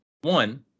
one